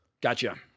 Gotcha